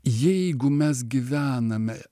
jeigu mes gyvename